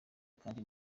kandi